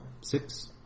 Six